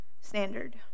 standard